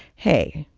hey,